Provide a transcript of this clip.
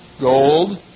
gold